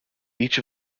each